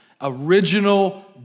original